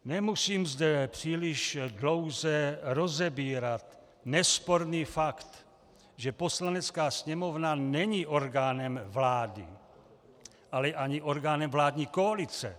Nemusím zde příliš dlouze rozebírat nesporný fakt, že Poslanecká sněmovna není orgánem vlády, ale ani orgánem vládní koalice.